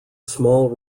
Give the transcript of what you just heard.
small